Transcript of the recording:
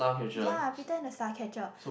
yea Peter and the Starcatcher